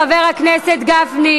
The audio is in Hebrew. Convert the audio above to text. חברת הכנסת שולי מועלם וחבר הכנסת וגפני.